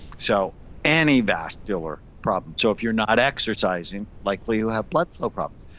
so any vascular problems, so if you're not exercising, likely you have blood flow problems.